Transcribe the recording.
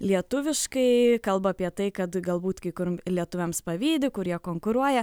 lietuviškai kalba apie tai kad galbūt kai kur lietuviams pavydi kur jie konkuruoja